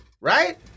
right